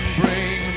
bring